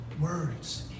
words